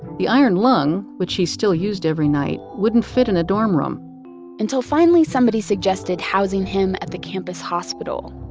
the iron lung which he still used every night wouldn't fit in a dorm room until finally somebody suggested housing him at the campus hospital.